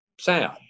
sad